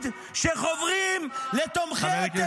--- שמענו אותך,